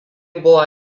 buvo